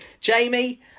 jamie